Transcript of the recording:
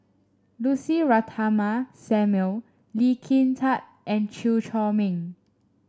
Lucy Ratnammah Samuel Lee Kin Tat and Chew Chor Meng